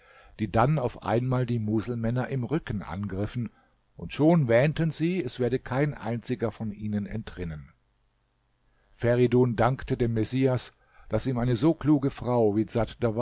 die dann auf einmal die muselmänner im rücken angriffen und schon wähnten sie es werde kein einziger von ihnen entrinnen feridun dankte dem messias der ihm eine so kluge frau wie